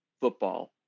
football